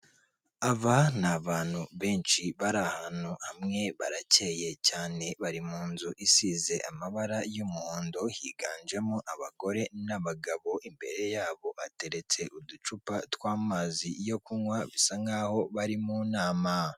Aba ni abantu benshi bari ahantu hamwe baracye cyane bari mu nzu isize amabara y'umuhondo higanjemo abagore n'abagabo, imbere yabo hateretse uducupa tw'amazi yo kunywa bisa nk'aho bari mu nama.